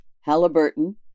Halliburton